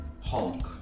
Hulk